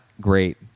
great